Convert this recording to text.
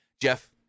Jeff